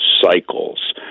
cycles